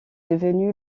devenu